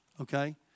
okay